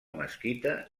mesquita